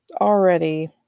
already